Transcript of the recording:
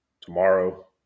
tomorrow